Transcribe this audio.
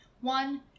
one